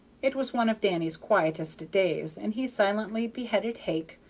it was one of danny's quietest days, and he silently beheaded hake,